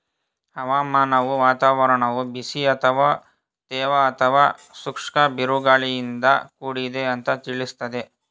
ಹವಾಮಾನವು ವಾತಾವರಣವು ಬಿಸಿ ಅಥವಾ ತೇವ ಅಥವಾ ಶುಷ್ಕ ಬಿರುಗಾಳಿಯಿಂದ ಕೂಡಿದೆ ಅಂತ ತಿಳಿಸ್ತದೆ